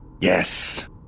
Yes